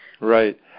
Right